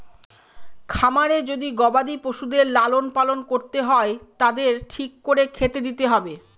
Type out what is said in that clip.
খামারে যদি গবাদি পশুদের লালন পালন করতে হয় তাদের ঠিক করে খেতে দিতে হবে